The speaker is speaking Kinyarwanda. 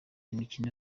imikino